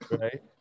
Right